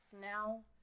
now